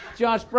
Josh